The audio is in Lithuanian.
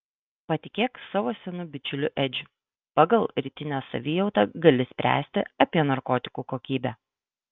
patikėk savo senu bičiuliu edžiu pagal rytinę savijautą gali spręsti apie narkotikų kokybę